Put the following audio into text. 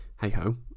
hey-ho